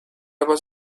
was